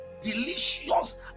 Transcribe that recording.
delicious